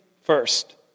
first